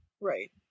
Right